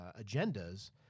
agendas